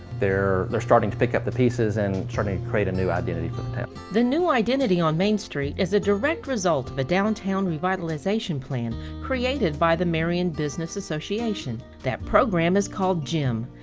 they're they're starting to pick up the pieces and starting to create a new identity for the town. the new identity on main street is a direct result of a downtown revitalization plan created by the marion business association. that program is called gem,